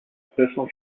personal